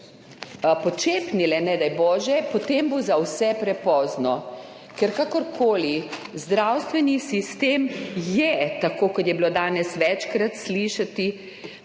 počepnile, nedaj bože, potem bo za vse prepozno. Ker kakorkoli, zdravstveni sistem je, tako kot je bilo danes večkrat slišati,